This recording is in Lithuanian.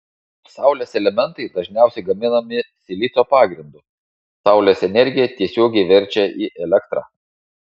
saulės elementai dažniausiai gaminami silicio pagrindu saulės energiją tiesiogiai verčia į elektrą